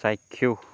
চাক্ষুষ